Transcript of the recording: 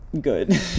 good